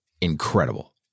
incredible